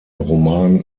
roman